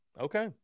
Okay